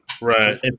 Right